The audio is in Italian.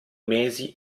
mesi